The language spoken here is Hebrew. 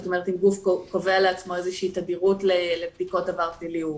זאת אומרת אם גוף קובע לעצמו איזושהי תדירות לבדיקות עבר פלילי,